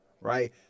Right